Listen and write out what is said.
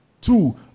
two